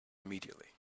immediately